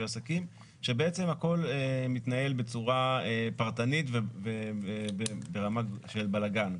עסקים שבעצם הכול מתנהל בצורה פרטנית וברמה של בלגן.